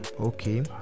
okay